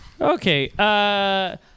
okay